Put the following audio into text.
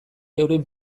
euren